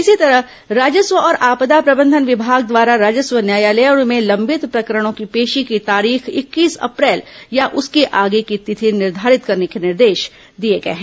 इसी तरह राजस्व और आपदा प्रबंधन विमाग द्वारा राजस्व न्यायालयों में लंबित प्रकरणों की पेशी की तारीख इक्कीस अप्रैल या उसके आगे की तिथि निर्घारित करने के निर्देश दिए गए हैं